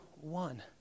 one